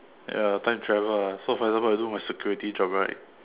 ya time travel lah so for example I do my security job right